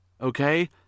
Okay